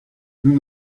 nous